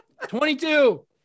22